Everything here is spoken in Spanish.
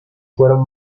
fueron